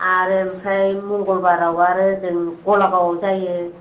आरो आमफ्राय मंगलबाराव आरो ओजों गलागावआव जायो